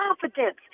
confidence